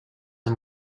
amb